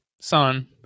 Son